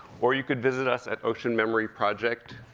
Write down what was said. or or you could visit us at oceanmemoryproject